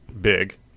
big